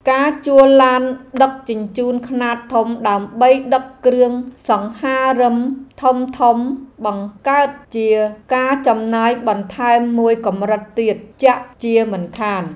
ការជួលឡានដឹកជញ្ជូនខ្នាតធំដើម្បីដឹកគ្រឿងសង្ហារិមធំៗបង្កើតជាការចំណាយបន្ថែមមួយកម្រិតទៀតជាក់ជាមិនខាន។